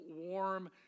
warm